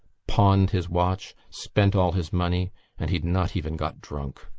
pawned his watch, spent all his money and he had not even got drunk.